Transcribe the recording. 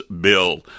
bill